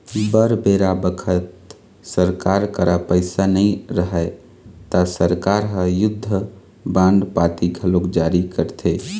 बर बेरा बखत सरकार करा पइसा नई रहय ता सरकार ह युद्ध बांड पाती घलोक जारी करथे